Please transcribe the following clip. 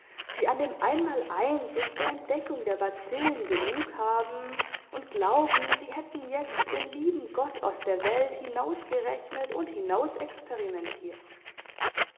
die an dem einmaleins und der entdeckung der bazillen genug haben und glauben sie hätten jetzt den lieben gott aus der welt hinausgerechnet und